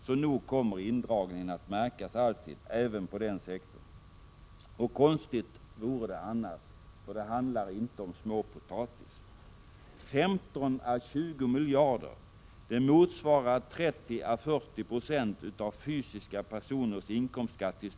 Så nog kommer indragningen att märkas alltid. Konstigt vore det annars, för det handlar inte om småpotatis. För att ta ett annat mått: Pensionsskatten motsvarar vad staten får in i skatt — Prot.